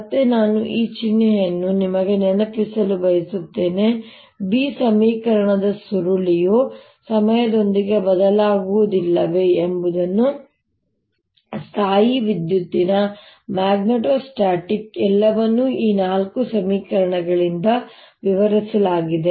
ಮತ್ತೆ ನಾನು ಈ ಚಿಹ್ನೆಯನ್ನು ನಿಮಗೆ ನೆನಪಿಸಲು ಬಯಸುತ್ತೇನೆ B ಸಮೀಕರಣದ ಸುರುಳಿಯು ಸಮಯದೊಂದಿಗೆ ಬದಲಾಗುವುದಿಲ್ಲವೇ ಎಂಬುದನ್ನು ಸ್ಥಾಯೀವಿದ್ಯುತ್ತಿನ ಮ್ಯಾಗ್ನೆಟೋಸ್ಟಾಟಿಕ್ ಎಲ್ಲವನ್ನೂ ಈ ನಾಲ್ಕು ಸಮೀಕರಣಗಳಿಂದ ವಿವರಿಸಲಾಗಿದೆ